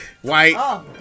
White